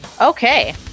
Okay